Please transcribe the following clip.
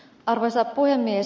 arvoisa puhemies